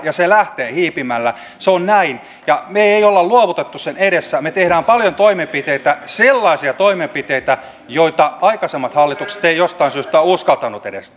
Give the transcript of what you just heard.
ja se lähtee hiipimällä se on näin ja me emme ole ole luovuttaneet sen edessä me teemme paljon toimenpiteitä sellaisia toimenpiteitä joita aikaisemmat hallitukset eivät jostain syystä ole edes